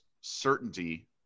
certainty